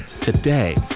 today